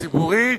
ציבורי,